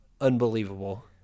Unbelievable